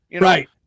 Right